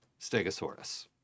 stegosaurus